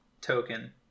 token